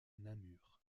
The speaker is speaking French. namur